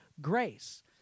grace